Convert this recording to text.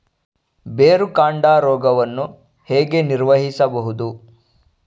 ಬೇರುಕಾಂಡ ರೋಗವನ್ನು ಹೇಗೆ ನಿರ್ವಹಿಸಬಹುದು?